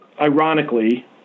ironically